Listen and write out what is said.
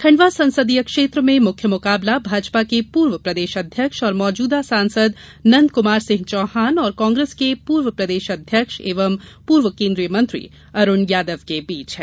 खंडवा संसदीय क्षेत्र में मुख्य मुकाबला भाजपा के पूर्व प्रदेश अध्यक्ष और मौजुदा सांसद नंदकमार सिंह चौहान और कांग्रेस के पूर्व प्रदेश अध्यक्ष एवं पूर्व केंद्रीय मंत्री अरुण यादव के बीच है